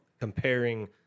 comparing